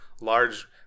large